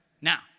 Now